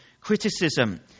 Criticism